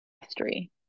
History